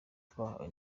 twahawe